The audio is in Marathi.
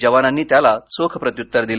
जवानांनी त्याला चोख प्रत्यूत्तर दिलं